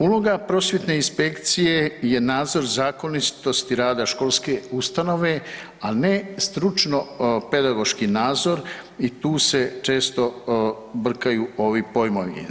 Uloga Prosvjetne inspekcije je nadzor zakonitosti rada školske ustanove, ali ne stručno pedagoški nadzor i tu se često brkaju ovi pojmovi.